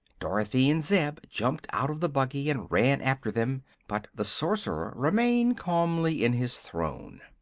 dorothy and zeb jumped out of the buggy and ran after them, but the sorcerer remained calmly in his throne.